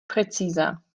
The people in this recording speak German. präziser